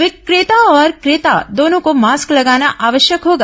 विक्रेता और क्रेता दोनों को मास्क लगाना आवश्यक होगा